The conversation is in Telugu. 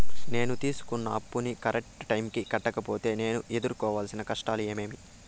నేను తీసుకున్న అప్పును కరెక్టు టైముకి కట్టకపోతే నేను ఎదురుకోవాల్సిన కష్టాలు ఏమీమి?